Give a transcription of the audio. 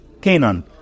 Canaan